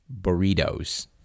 burritos